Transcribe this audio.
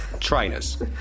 Trainers